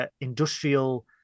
industrial